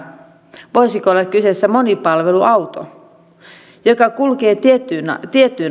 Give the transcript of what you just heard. voisiko olla kyseessä monipalveluauto joka kulkee tiettyyn aikaan